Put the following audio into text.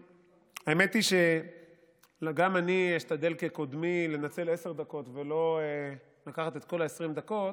האמת היא שגם אני אשתדל כקודמי לנצל עשר דקות ולא לקחת את כל 20 הדקות.